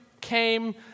came